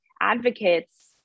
advocates